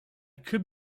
could